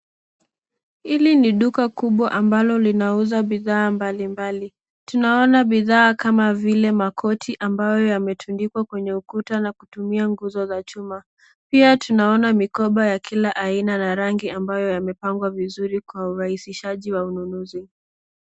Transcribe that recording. Hili ni duka kubwa ambalo linauza bidhaa mbalimbali. Tunaona bidhaa kama vile makoti ambayo yametundikwa kwenye ukuta, na kutumia nguzo za chuma. Pia, tunaona mikoba ya kila aina na rangi, ambayo yamepangwa vizuri kwa urahisishaji wa ununuzi.